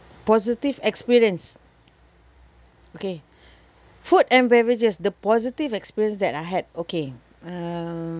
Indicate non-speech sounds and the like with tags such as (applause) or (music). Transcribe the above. positive experience okay (breath) food and beverages the positive experience that I had okay um